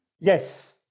yes